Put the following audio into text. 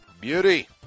Beauty